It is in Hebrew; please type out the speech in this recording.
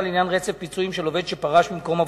לעניין רצף פיצויים של עובד שפרש ממקום עבודתו.